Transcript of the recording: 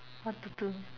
what to do